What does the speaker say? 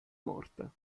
morta